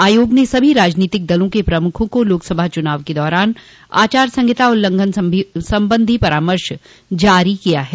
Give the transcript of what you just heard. आयोग ने सभी राजनीतिक दलों के प्रमुखों को लोकसभा चुनाव के दौरान आचार संहिता उल्लंघन संबंधी परामर्श जारी किया है